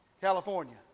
California